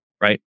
right